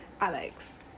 Alex